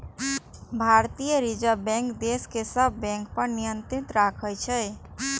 भारतीय reserve bank देश के सब बैंक पर नियंत्रण राखै छै